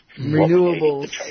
Renewables